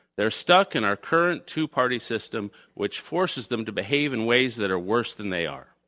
they're stuck in our current two-party system which forces them to behave in ways that are worse than they are.